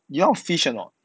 你要 fish or not